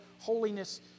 holiness